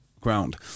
ground